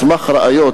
על סמך ראיות,